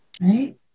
right